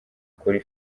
kuri